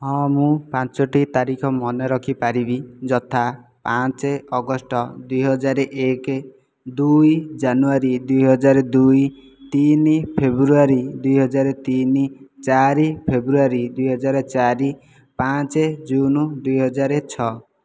ହଁ ମୁଁ ପାଞ୍ଚଟି ତାରିଖ ମନେରଖିପାରିବି ଯଥା ପାଞ୍ଚ ଅଗଷ୍ଟ ଦୁଇହଜାର ଏକ ଦୁଇ ଜାନୁଆରୀ ଦୁଇହଜାର ଦୁଇ ତିନି ଫେବୃଆରୀ ଦୁଇହଜାର ତିନି ଚାରି ଫେବୃଆରୀ ଦୁଇହଜାର ଚାରି ପାଞ୍ଚ ଜୁନ୍ ଦୁଇହଜାର ଛଅ